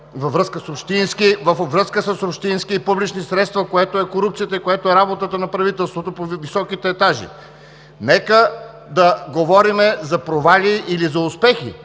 във връзка с общински и публични средства, което е корупцията и което е работата на правителството по високите етажи! Нека да говорим за провали или за успехи!